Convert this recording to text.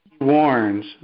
warns